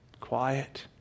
quiet